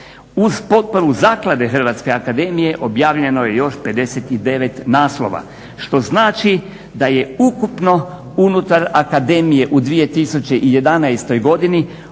Uz potporu Zaklade Hrvatske akademije objavljeno je još 59 naslova. Što znači da je ukupno unutar akademije u 2011. godini